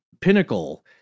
pinnacle